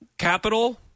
capital